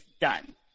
done